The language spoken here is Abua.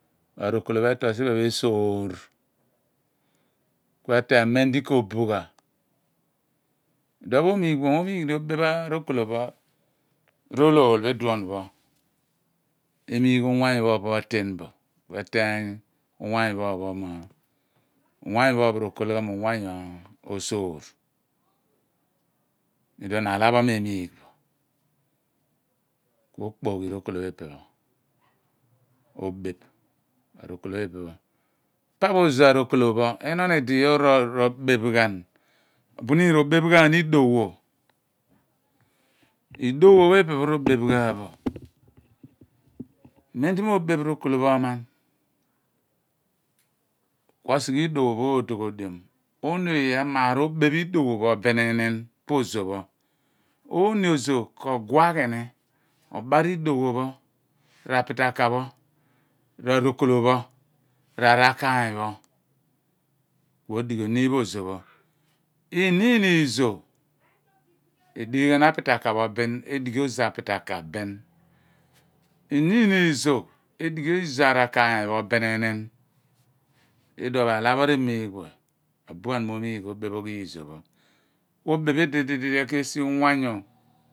Ku arokolo pho etoi siphe pho esow ka eteeny mem di ko bugha, uluon ko miigh bo, mo mugh ni obeph arokolo rolori pho ulun pho emiigh uwanya pho opo aten bo al eseeny uwanyu puo ophon uwanyu pho ophon r'okol ghan mo uwanyu osoor ku uluon aaia pho me miigh bo ku okpoighi rokolo pho obeph rokolo pho ipe pho pa pho ozo arokolo pho, inon olo ilo yor robeph ghan, buoiin roseph ghan ni udowo, ulowo pho ipe pho ro beph ghan bo men di mo beph rokolo pho oman ku osigne ulowo pho dodoghodiom ooni oye amaar obeph edowo pho sininin pa ozo pho oon ozo ko guaghi ni obar idowo pho r'arakaany pho r'arokolo pho r'arakaany pho ku od oghi oniin pho ozo pho en iniin iizo redighi ghan apitaka pho bin redighi ozo apitaka bin iniia iizo, edighi iizo arakaany bininin telmon akla pho remugh bo abuan mo omiigh obephogh iizo pho ku obeph udedidedi ku oka osi uwanyu ma